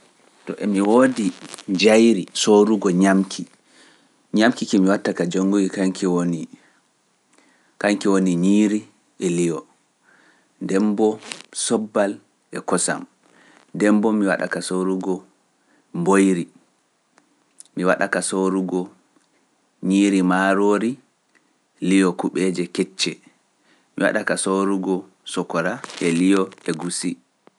To emi woodi njayri soorugo ñamki, ñamki ki mi watta ka jonnguki, kaŋki woni ñiiri e liyo, dembo sobal e kosam, dembo mi waɗa ka soorugo mboyri, mi waɗa ka soorugo ñiiri maaroori, liyo kuɓeeje kecce, mi waɗa ka soorugo sokora e liyo e gusi.